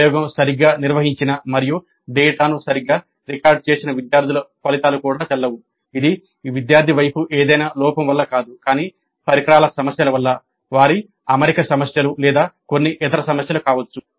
ప్రయోగం సరిగ్గా నిర్వహించిన మరియు డేటాను సరిగ్గా రికార్డ్ చేసిన విద్యార్థులు ఫలితాలు చెల్లవు ఇది విద్యార్థి వైపు ఏదైనా లోపం వల్ల కాదు కానీ పరికరాల సమస్యల వల్ల వారి అమరిక సమస్యలు లేదా కొన్ని ఇతర సమస్యలు కావచ్చు